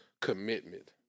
commitment